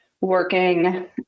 working